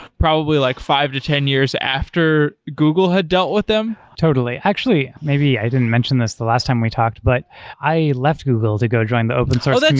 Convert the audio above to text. probably like five to ten years after google had dealt with them. totally. actually, maybe i didn't mention this the last time we talked, but i left google to go join the open source and